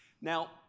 Now